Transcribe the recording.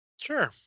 Sure